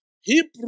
Hebrew